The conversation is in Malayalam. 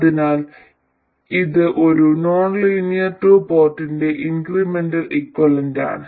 അതിനാൽ ഇത് ഒരു നോൺലീനിയർ ടു പോർട്ടിന്റെ ഇൻക്രിമെന്റൽ ഇക്വലന്റാണ്